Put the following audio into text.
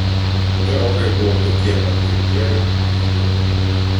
gaurai buvo tokie pat kaip džerio tik juodi